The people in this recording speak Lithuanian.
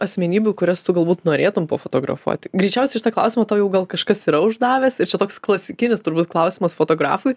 asmenybių kurias tu galbūt norėtum pafotografuoti greičiausiai šitą klausimą tau jau gal kažkas yra uždavęs ir čia toks klasikinis turbūt klausimas fotografui